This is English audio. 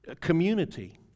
community